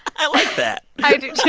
i like that i do,